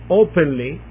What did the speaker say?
openly